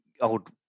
old